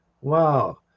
Wow